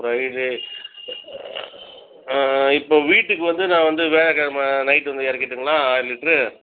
Friday இப்போ வீட்டுக்கு வந்து நான் வந்து வியாழக்கிழம நைட் வந்து இறக்கிட்டுங்களா ஆறு லிட்டரு